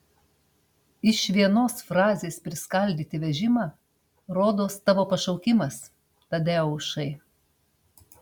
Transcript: iš vienos frazės priskaldyti vežimą rodos tavo pašaukimas tadeušai